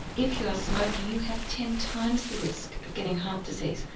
if you are smoking, you have ten times the risk of getting heart disease.